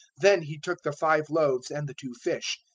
then he took the five loaves and the two fish,